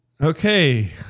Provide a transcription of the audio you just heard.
Okay